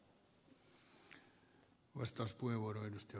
arvoisa puhemies